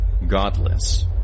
Godless